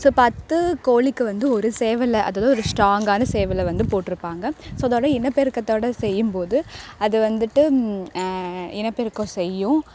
so பத்து கோழிக்கு வந்து ஒரு சேவலை அதாவது ஒரு ஸ்ட்ராங்கான சேவலை வந்து போட்டிருப்பாங்க ஸோ அதோடு இனப்பெருக்கத்தோட செய்யும் போது அது வந்துட்டு இனப்பெருக்கம் செய்யும்